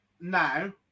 now